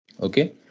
okay